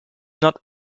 not